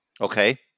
Okay